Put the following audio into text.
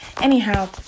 Anyhow